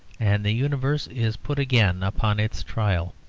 and the universe is put again upon its trial.